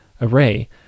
array